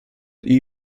die